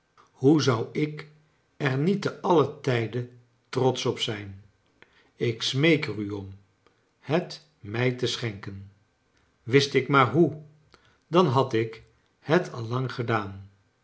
hoe zou ik er niet te alien tijde trotsch op zijn ik smeek er u om het mij te schenken wist ik maar hoe dan had ik het al lang gedaan